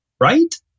right